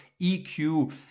EQ